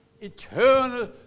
eternal